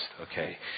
Okay